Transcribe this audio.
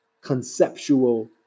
conceptual